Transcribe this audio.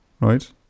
Right